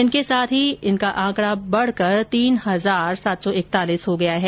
इसके साथ ही इनका आंकडा बढकर तीन हजार सात सौ इक्तालीस हो गया है